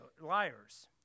liars